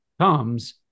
comes